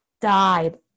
died